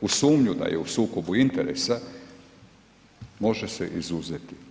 u sumnju da je u sukobu interesa može se izuzeti.